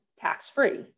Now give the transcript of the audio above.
tax-free